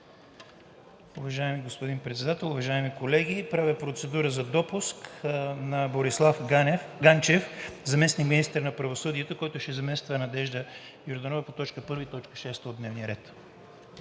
Уважаеми господин Председател, уважаеми колеги! Правя процедура за допуск на Борислав Ганчев – заместник-министър на правосъдието, който ще замества Надежда Йорданова по точка първа и